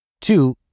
Two